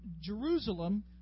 Jerusalem